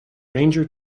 ranger